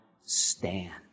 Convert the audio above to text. stand